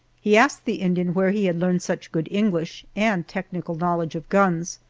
he asked the indian where he had learned such good english and technical knowledge of guns,